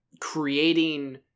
creating